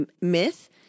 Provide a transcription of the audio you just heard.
myth